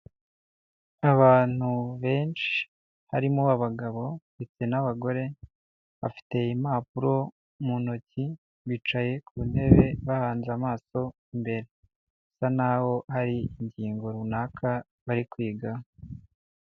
Abantu benshi harimo abagabo ndetse n'abagore bafite impapuro mu ntoki bicaye ku ntebe bahanze amaso imbere, basa naho hari ingingo runaka bari kwigaho.